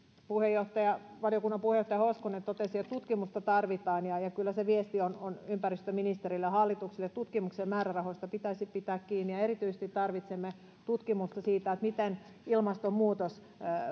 valiokunnan puheenjohtaja hoskonen totesi että tutkimusta tarvitaan kyllä se viesti on ympäristöministerille ja hallitukselle että tutkimuksen määrärahoista pitäisi pitää kiinni erityisesti tarvitsemme tutkimusta siitä miten ilmastonmuutos